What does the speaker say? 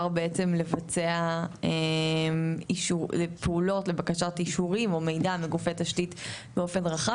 בעצם לבצע פעולות לבקשת אישורים מגופי תשתית באופן רחב,